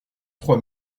trois